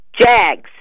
Jags